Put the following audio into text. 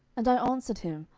and i answered him,